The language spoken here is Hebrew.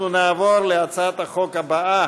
אנחנו נעבור להצעת החוק הבאה,